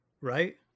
Right